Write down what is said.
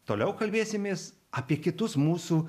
toliau kalbėsimės apie kitus mūsų